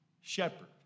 shepherd